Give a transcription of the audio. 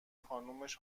خانومش